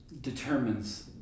determines